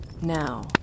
Now